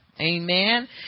Amen